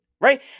right